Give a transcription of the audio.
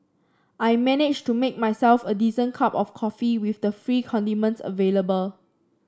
I managed to make myself a decent cup of coffee with the free condiments available